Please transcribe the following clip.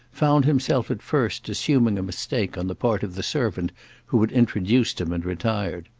found himself at first assuming a mistake on the part of the servant who had introduced him and retired.